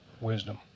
wisdom